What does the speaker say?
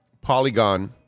Polygon